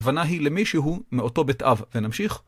הכוונה היא למישהו מאותו בית אב. ונמשיך.